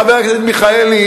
חבר הכנסת מיכאלי,